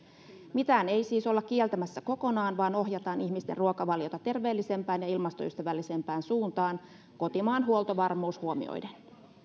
mitään ei siis olla kieltämässä kokonaan vaan ohjataan ihmisten ruokavaliota terveellisempään ja ilmastoystävällisempään suuntaan kotimaan huoltovarmuus huomioiden